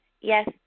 Yes